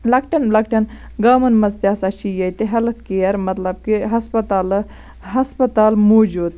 لَکٹٮ۪ن لَکٹٮ۪ن گامَن مَنٛز تہٕ ہَسا چھ ییٚتہِ ہیٚلٕتھ کِیَر مَطلَب کہِ ہَسپَتالہ ہَسپَتال موٗجوٗد